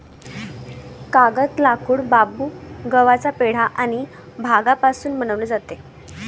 कागद, लाकूड, बांबू, गव्हाचा पेंढा आणि भांगापासून बनवले जातो